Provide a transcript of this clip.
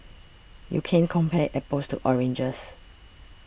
you can't compare apples to oranges